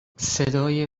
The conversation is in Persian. صدای